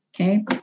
Okay